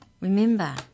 Remember